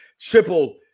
Triple